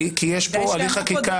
כי יש פה הליך חקיקה